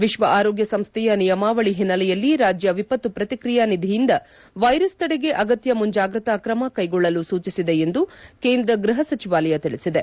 ವಿಶ್ವ ಆರೋಗ್ಯ ಸಂಸ್ಥೆಯ ನಿಯಮಾವಳಿ ಹಿನ್ನೆಲೆಯಲ್ಲಿ ರಾಜ್ಯ ವಿಪತ್ತು ಪ್ರತಿಕ್ರಿಯಾ ನಿಧಿಯಿಂದ ವೈರಸ್ ತಡೆಗೆ ಅಗತ್ಯ ಮುಂಜಾಗ್ರತಾ ಕ್ರಮ ಕೈಗೊಳ್ಳಲು ಸೂಚಿಸಿದೆ ಎಂದು ಕೇಂದ್ರ ಗೃಹ ಸಚಿವಾಲಯ ತಿಳಿಸಿದೆ